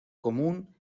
común